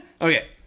Okay